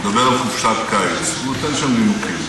הוא מדבר על חופשת קיץ, והוא נותן שם נימוקים.